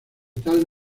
tal